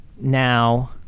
Now